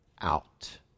out